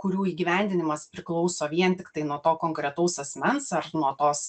kurių įgyvendinimas priklauso vien tiktai nuo to konkretaus asmens ar nuo tos